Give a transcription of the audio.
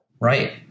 Right